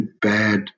bad